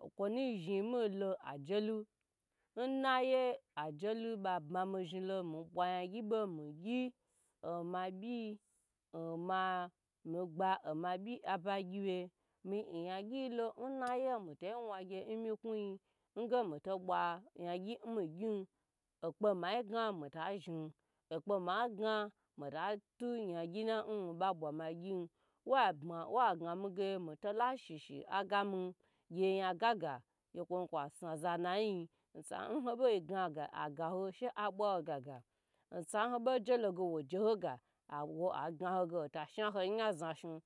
o konu zhni mi lo ajelu n naye mi bwa nyagyi lo bo mi gye n ma byi myi gba mabyi oba gyiwye mi nyagye lo n naye mi to wnagyi n mi kwyi n gye mi to bwa nyagye mi gyi akpa ma gna mita zhni akpa ma gna mi ta tu nyagye na mi babwa magyi wa bwa wa ggye mi gye mi tola shi shi a gamin gye nya gaga ko zhni kwa snaza nayi osa n wobo jilo gye wo jeho ga hawo ai gnaho gye hota